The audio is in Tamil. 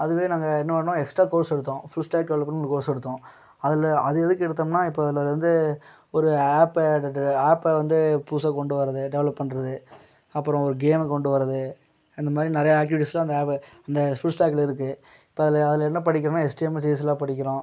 அதுவே நாங்கள் இன்னொன்னா எக்ஸ்ட்ரா கோர்ஸ் எடுத்தோம் ஃபுல் ஸ்டாக் ஒரு கோர்ஸ் எடுத்தோம் அதில் அது எதுக்கு எடுத்தோம்னா இப்போ அதில் வந்து ஒரு ஆப்பை ஆப்பை வந்து புதுசாக கொண்டு வரது டெவலப் பண்ணுறது அப்பறம் ஒரு கேம கொண்டு வரது இந்த மாதிரி நிறையா ஆக்டிவிட்டிஸ்லாம் அந்த ஆப்பில் அந்த ஃபுல் ஸ்டாக்கில் இருக்கு இப்போ அதில் அதில் என்ன படிக்கணும்னா ஹெச்டிஎம்எல் சிஎஸ்லாம் படிக்கிறோம்